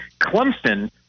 Clemson